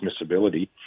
transmissibility